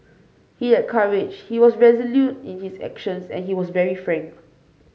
he had courage he was resolute in his actions and he was very frank